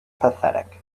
pathetic